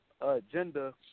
agenda